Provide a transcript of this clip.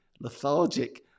lethargic